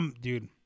Dude